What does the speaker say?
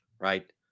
Right